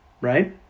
right